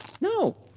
No